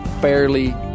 fairly